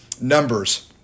numbers